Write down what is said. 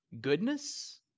goodness